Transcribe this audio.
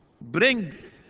brings